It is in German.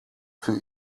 für